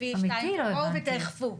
בואו ותאכפו.